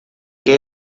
que